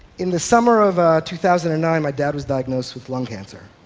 in the summer of two thousand and nine, my dad was diagnosed with lung cancer.